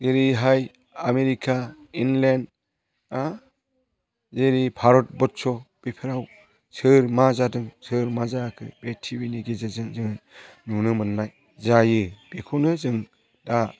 जेरैहाय America England आ जेरै भारतबर्ष' बेफोराव सोर मा जादों सोर मा जायाखै बे ति भि नि गेजेरजों जोङो नुनो मोननाय जायो बेखौनो जों दा